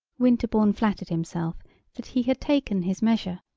winterbourne flattered himself that he had taken his measure.